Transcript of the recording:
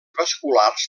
vasculars